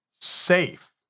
safe